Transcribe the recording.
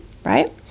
right